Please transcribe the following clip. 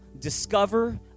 discover